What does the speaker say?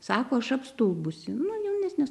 sako aš apstulbusi nu jaunesnės